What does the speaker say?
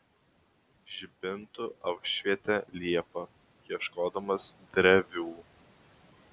žibintu apšvietė liepą ieškodamas drevių